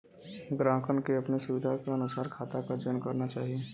ग्राहकन के अपने सुविधा के अनुसार खाता क चयन करना चाही